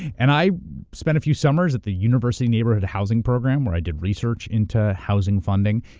and i spent a few summers at the university neighborhood housing program where i did research into housing funding.